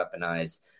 weaponize